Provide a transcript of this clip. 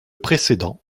précédent